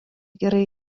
gerai